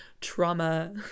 trauma